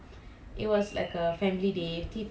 I've heard about this ya